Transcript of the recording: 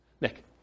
Nick